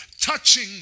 touching